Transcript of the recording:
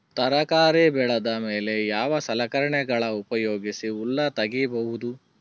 ತರಕಾರಿ ಬೆಳದ ಮೇಲೆ ಯಾವ ಸಲಕರಣೆಗಳ ಉಪಯೋಗಿಸಿ ಹುಲ್ಲ ತಗಿಬಹುದು?